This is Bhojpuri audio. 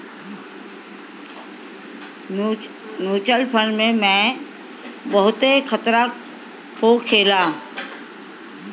म्यूच्यूअल फंड में बहुते खतरा होखेला